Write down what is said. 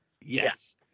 Yes